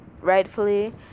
rightfully